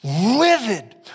livid